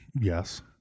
Yes